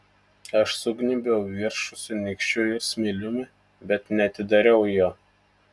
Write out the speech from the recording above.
aš sugnybiau viršų su nykščiu ir smiliumi bet neatidariau jo